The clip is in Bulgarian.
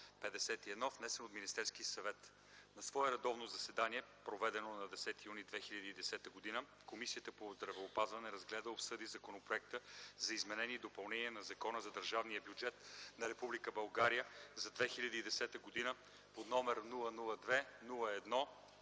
внесен от Министерския съвет На свое редовно заседание, проведено на 10 юни 2010 г., Комисията по здравеопазването разгледа и обсъди Законопроект за изменение и допълнение на Закона за държавния бюджет на Република България за 2010 г. под № 002-01-51,